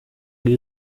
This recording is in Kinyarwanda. ngo